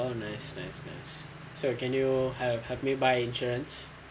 oh nice nice so you can you help me buy insurance